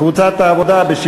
קבוצת העבודה?